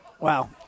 wow